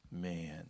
Man